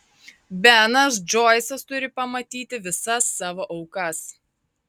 benas džoisas turi pamatyti visas savo aukas